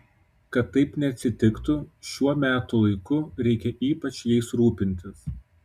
kad taip neatsitiktų šiuo metų laiku reikia ypač jais rūpintis